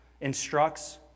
instructs